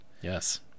yes